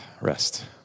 rest